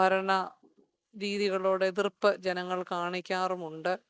ഭരണ രീതികളോട് എതിർപ്പ് ജനങ്ങൾ കാണിക്കാറുമുണ്ട്